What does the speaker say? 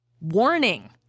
Warning